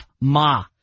Ma